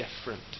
different